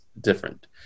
different